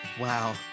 Wow